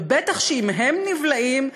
ובטח שאם הם נבלעים,